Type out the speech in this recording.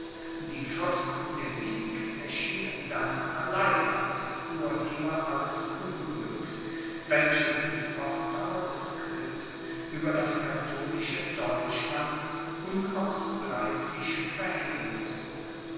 die fürsten der ligue erschienen dann allein als die urheber alles unglücks welches die fortdauer des kriegs über das katholische deutschland unausbleiblich verhängen mußte